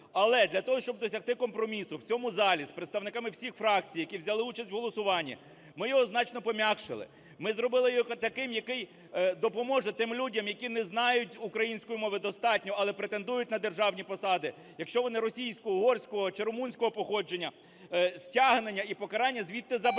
Але для того, щоб досягти компромісу в цьому залі з представниками всіх фракцій, які взяли участь в голосуванні, ми його значно пом'якшили. Ми зробили його таким, який допоможе тим людям, які не знають української мови достатньо, але претендують на державні посади, якщо вони російського, угорського чи румунського походження, стягнення і покарання звідти забрати.